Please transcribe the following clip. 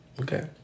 Okay